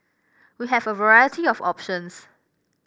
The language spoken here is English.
we have a variety of options